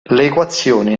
equazioni